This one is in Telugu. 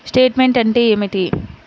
స్టేట్మెంట్ అంటే ఏమిటి?